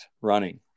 running